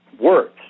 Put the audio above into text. words